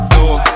Door